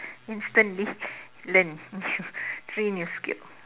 instantly learn new three new skill